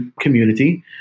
community